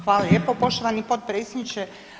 Hvala lijepo poštovani potpredsjedniče.